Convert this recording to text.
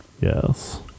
Yes